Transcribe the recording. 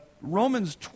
Romans